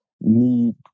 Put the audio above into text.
need